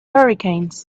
hurricanes